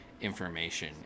information